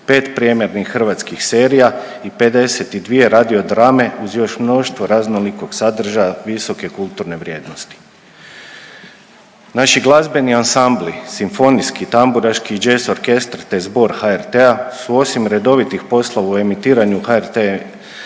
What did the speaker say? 5 premijernih hrvatskih serija i 52 radio drame uz još mnoštvo raznolikog sadržaja visoke kulturne vrijednosti. Naši glazbeni ansambli, simfonijski, tamburaški i jazz orkestar te zbog HRT-a su osim redovitih poslova u emitiranju HRT